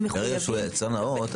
ברגע שהוא יצרן נאות,